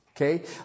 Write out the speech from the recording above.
Okay